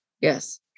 Yes